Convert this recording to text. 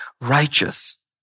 righteous